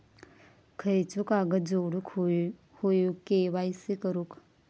खयचो कागद जोडुक होयो के.वाय.सी करूक?